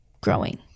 growing